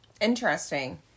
Interesting